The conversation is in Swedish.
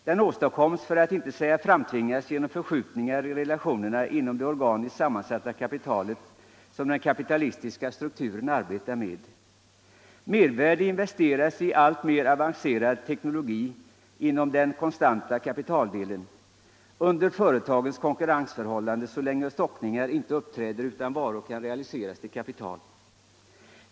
Den åstadkoms, för att inte säga framtvingas, genom förskjutningar i relationerna inom det organiskt sammansatta kapital som den kapitalistiska strukturen arbetar med. Mervärde investeras i alltmer avancerad teknologi inom den konstanta kapitaldelen under den tid då företagens konkurrenstörhållanden är sådana att stockningar inte uppträder utan varor kan rcealiseras till kapital.